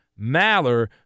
Maller